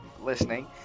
listening